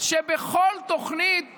שבכל תוכנית